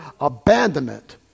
abandonment